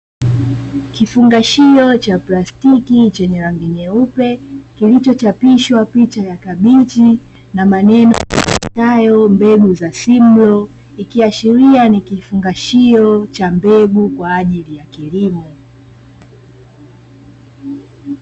Kifungashio cha plastiki chenye rangi nyeupe Kilichochapishwa picha ya kabichi na maneno yasomekayo mbegu za simlo, ikiashiria ni kifungashio cha mbegu kwajili ya kilimo.